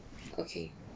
okay